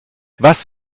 was